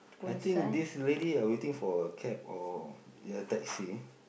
I think this lady are waiting for a cab or ya taxi